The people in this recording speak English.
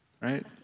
Right